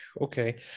Okay